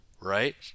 right